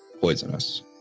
poisonous